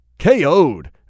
KO'd